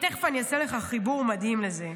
תכף אני אעשה לך חיבור מדהים לזה.